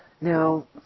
Now